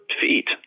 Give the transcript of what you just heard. feet